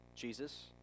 Jesus